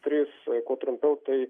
tris kuo trumpiau tai